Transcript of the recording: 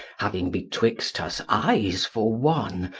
having betwixt us eyes for one,